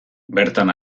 bertan